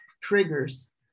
triggers